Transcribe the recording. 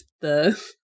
the-